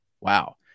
wow